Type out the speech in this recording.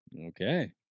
okay